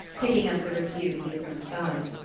picking up the review he had thrown aside.